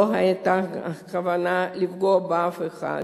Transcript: לא היתה כוונה לפגוע באף אחד,